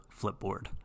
Flipboard